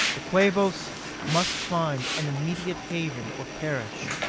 the quabos must find an immediate haven or perish.